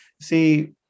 see